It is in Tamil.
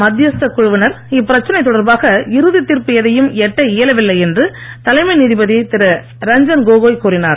மத்தியஸ்தக் குழுவினர் இப்பிரச்சினை தொடர்பாக இறுதி தீர்ப்பு எதையும் எட்ட இயலவில்லை என்று தலைமை நீதிபதி திரு ரஞ்சன் கோகோய் கூறினார்